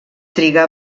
trigà